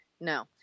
No